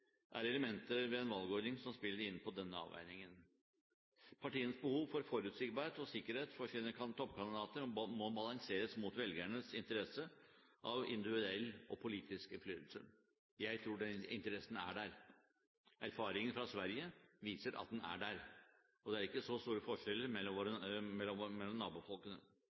er elementer ved en valgordning som spiller inn ved denne avveiningen. Partienes behov for forutsigbarhet og sikkerhet for sine toppkandidater må balanseres mot velgernes interesse av individuell og politisk innflytelse. Jeg tror den interessen er der – erfaringen fra Sverige viser at den er det – og det er ikke så store forskjeller mellom nabofolkene.